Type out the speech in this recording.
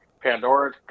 Pandora